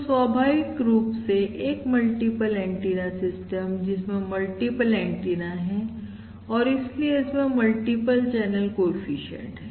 तो स्वाभाविक रूप से एक मल्टीपल एंटीना सिस्टम जिसमें मल्टीपल एंटीना है और इसीलिए इसमें मल्टीपल चैनल कोएफिशिएंट है